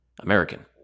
American